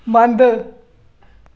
बंद